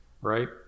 right